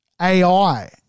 AI